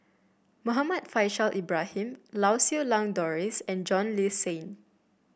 Muhammad Faishal Ibrahim Lau Siew Lang Doris and John Le Cain